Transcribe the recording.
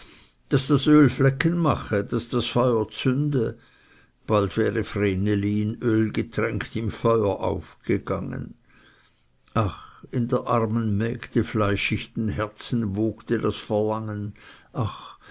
daß das öl flecken mache daß das feuer zünde bald wäre vreneli in öl getränkt im feuer aufgegangen ach in der armen mägde fleischichten herzen wogte das verlangen ach